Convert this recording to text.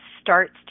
starts